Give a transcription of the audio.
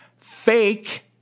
fake